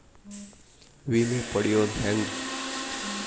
ವಿಮೆ ಪಡಿಯೋದ ಹೆಂಗ್?